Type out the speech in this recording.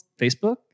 Facebook